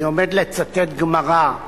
אני עומד לצטט גמרא,